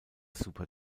super